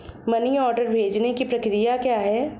Money order भेजने की प्रक्रिया क्या है?